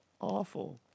awful